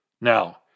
Now